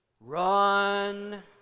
Run